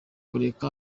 kureka